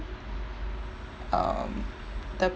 um the